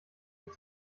ihn